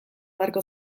beharko